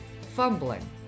fumbling